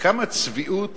כמה צביעות